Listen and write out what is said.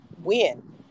win